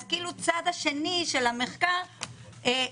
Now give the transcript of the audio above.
אז כאילו הצד השני של המחקר נשכח.